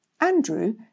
Andrew